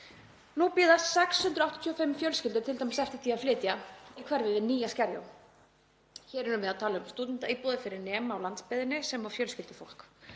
Nú bíða 685 fjölskyldur t.d. eftir því að flytja í hverfið í Nýja Skerjó. Hér erum við að tala um stúdentaíbúðir fyrir nema á landsbyggðinni sem og fjölskyldufólk.